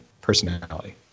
personality